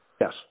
yes